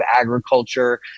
agriculture